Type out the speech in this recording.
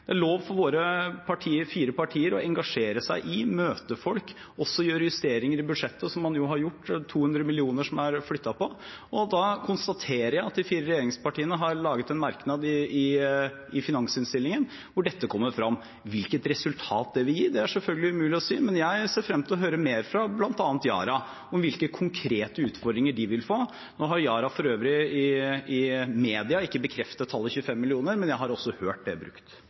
Det er lov for våre fire partier å engasjere seg, møte folk og også gjøre justeringer i budsjettet, som man jo har gjort – det er flyttet på 200 mill. kr. Da konstaterer jeg at de fire regjeringspartiene har laget en merknad i finansinnstillingen hvor dette kommer frem. Hvilket resultat det vil gi, er selvfølgelig umulig å si, men jeg ser frem til å høre mer fra bl.a. Yara om hvilke konkrete utfordringer de vil få. Nå har Yara for øvrig i media ikke bekreftet tallet 25 mill. kr, men jeg har også hørt det brukt.